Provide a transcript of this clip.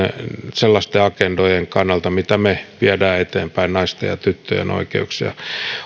sellaisten agendojen kannalta mitä me viemme eteenpäin naisten ja tyttöjen oikeuksia seuraava